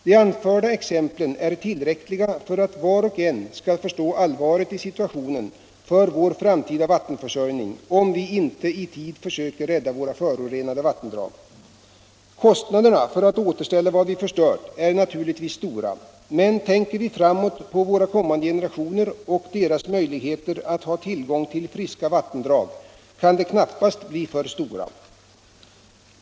De anförda exemplen är tillräckliga för att var och en skall förstå allvaret i situationen för vår framtida vattenförsörjning om vi inte i tid försöker rädda våra förorenade vattendrag. Kostnaderna för att återställa vad vi förstört är naturligtvis stora, men tänker vi framåt på kommande generationer och deras möjligheter att ha tillgång till friska vattendrag kan de knappast bli för stora.